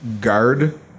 guard –